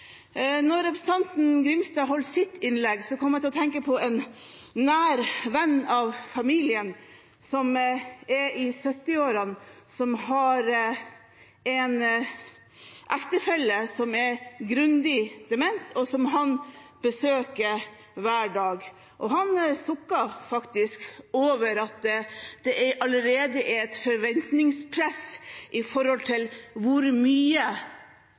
representanten Grimstad holdt sitt innlegg, kom jeg til å tenke på en nær venn av familien som er i 70-årene, som har en ektefelle som er grundig dement, og som han besøker hver dag. Han sukker faktisk over at det allerede er et forventningspress om hvor mye